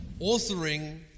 authoring